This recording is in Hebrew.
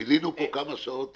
בילינו פה כמה שעות טובות.